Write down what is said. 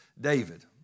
David